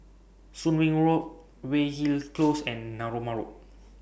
Soon Wing Road Weyhill Close and Narooma Road